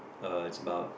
uh is about